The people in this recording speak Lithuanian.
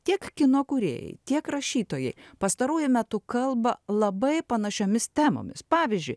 tiek kino kūrėjai tiek rašytojai pastaruoju metu kalba labai panašiomis temomis pavyzdžiui